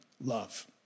love